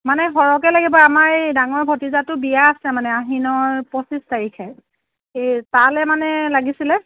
মানে সৰহকৈ লাগিব আমাৰ এই ডাঙৰ ভটিজাটোৰ বিয়া আছে মানে আহিনৰ পঁচিছ তাৰিখে সেই তালৈ মানে লাগিছিলে